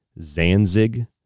Zanzig